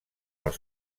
els